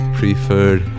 preferred